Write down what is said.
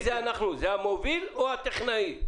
האם זה המוביל, האם זה הטכנאי?